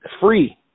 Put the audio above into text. free